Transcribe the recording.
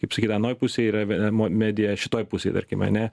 kaip sakyt anoj pusėj yra vemo medija šitoj pusėj tarkim ane